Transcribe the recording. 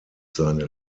seine